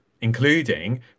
including